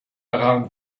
rende